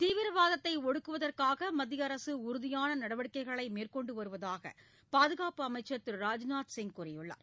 தீவிரவாதத்தை ஒடுக்குவதற்காக மத்திய அரசு உறுதியான நடவடிக்கைகளை மேற்கொண்டு வருவதாக பாதுகாப்பு அமைச்சர் திரு ராஜ்நாத் சிங் கூறியுள்ளார்